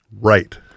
Right